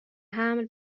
حمل